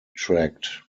tract